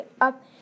up